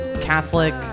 Catholic